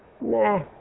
Nah